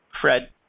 Fred